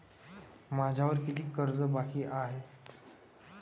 मायावर कितीक कर्ज बाकी हाय?